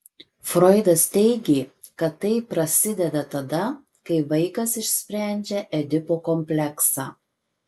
froidas teigė kad tai prasideda tada kai vaikas išsprendžia edipo kompleksą